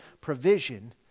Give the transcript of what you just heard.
provision